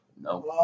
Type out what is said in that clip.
no